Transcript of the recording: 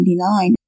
1999